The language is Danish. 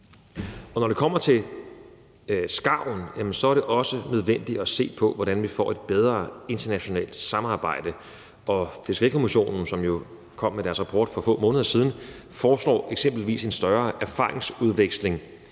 Når det kommer til skarven, er det også nødvendigt at se på, hvordan vi får et bedre internationalt samarbejde. Fiskerikommissionen, som jo kom med deres rapport for få måneder siden, foreslår eksempelvis en større erfaringsudveksling